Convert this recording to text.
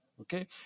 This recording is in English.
Okay